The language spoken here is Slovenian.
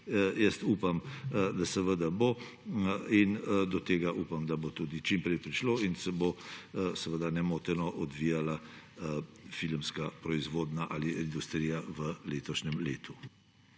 dni. Upam, da se bo in da bo do tega tudi čim prej prišlo in se bo seveda nemoteno odvijala filmska proizvodnja ali industrija v letošnjem letu.